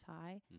high